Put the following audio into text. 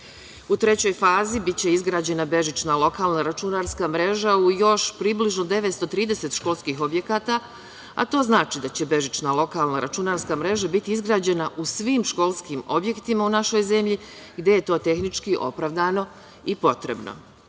trećoj fazi biće izgrađena bežična lokalna računarska mreža u još približno 930 školskih objekata, a to znači da će bežična lokalna računarska mreža biti izgrađena u svim školskim objektima u našoj zemlji gde je to tehnički opravdano i potrebno. Projekat